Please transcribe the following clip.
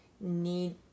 need